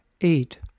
Eight